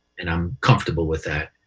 and i'm comfortable with that.